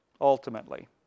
Ultimately